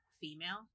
female